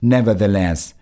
Nevertheless